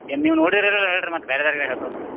ಏನು ನೀವು ನೋಡಿದೀರೆ ಹೇಳಿರಿ ಮತ್ತೆ ಬೇರೆದೋರಿಗ್ ಹೇಳ್ತೇವೆ ನಾವು